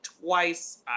twice